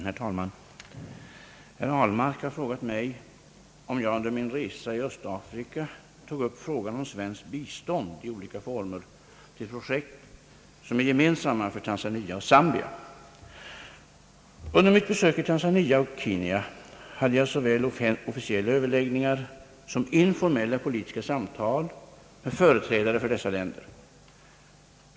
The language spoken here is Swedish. Herr talman! Herr Ahlmark har frågat mig om jag under min resa i Östafrika tog upp frågan om svenskt bistånd i olika former till projekt som är gemensamma för Tanzania och Zambia. Under mitt besök i Tanzania och Kenya hade jag såväl officiella överläggningar som informella politiska samtal med företrädare för dessa länder.